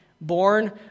Born